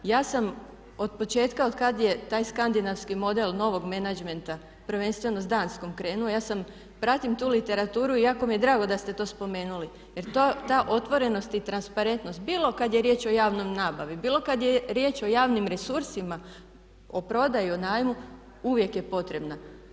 I ja sam od početka od kad je taj skandinavski model novog menadžmenta prvenstveno s Danskom krenuo ja sam pratim tu literaturu i jako mi je drago da ste to spomenuli, jer ta otvorenost i transparentnost bilo kad je riječ o javnoj nabavi, bilo kada je riječ o javnim resursima, o prodaji, o najmu, uvijek je potrebna.